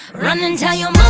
run and tell your